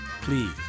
Please